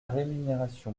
rémunération